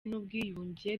n’ubwiyunge